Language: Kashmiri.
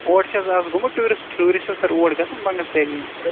اور چھِ حظ از گومُت سَر ٹوٗرِسٹ ٹوٗرِسٹ چھِ حظ سَر اور گَژھان بَنگس ویلی ین